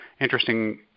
interesting